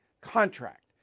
contract